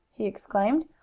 he exclaimed.